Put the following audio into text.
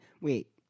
Wait